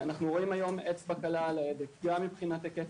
אנחנו רואים היום אצבע קלה על ההדק גם מבחינת היקף